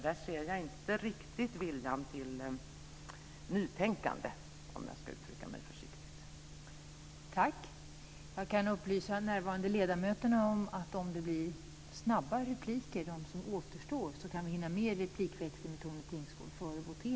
Där ser jag inte riktigt viljan till nytänkande, om jag ska uttrycka mig försiktigt.